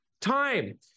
time